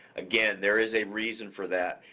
again, there is a reason for that,